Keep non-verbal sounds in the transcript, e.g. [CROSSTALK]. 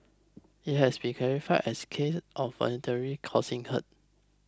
it has been [UNINTELLIGIBLE] as case of voluntarily causing hurt